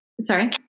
Sorry